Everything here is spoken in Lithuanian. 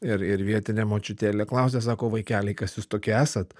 ir ir vietinė močiutėlė klausia sako vaikeliai kas jūs tokie esat